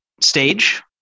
stage